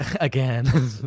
again